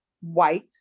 white